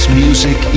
music